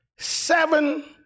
Seven